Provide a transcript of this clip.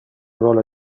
vole